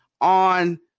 on